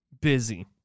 busy